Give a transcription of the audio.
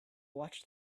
watched